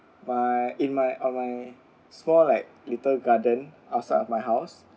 my in my on my store like little garden outside of my house